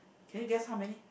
can you guess how many